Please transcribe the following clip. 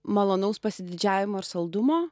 malonaus pasididžiavimo ir saldumo